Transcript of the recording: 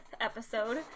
episode